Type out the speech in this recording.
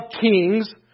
kings